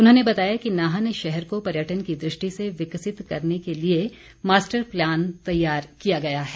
उन्होंने बताया कि नाहन शहर को पर्यटन की द्रष्टि से विकसित करने के लिए मास्टर प्लान तैयार किया गया है